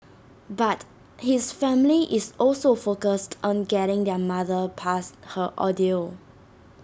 but his family is also focused on getting their mother past her ordeal